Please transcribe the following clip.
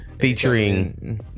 Featuring